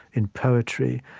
in poetry,